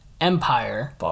Empire